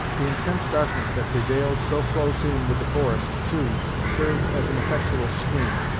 the intense darkness that prevailed so close in with the forest, too, served as an effectual screen,